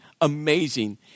amazing